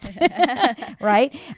right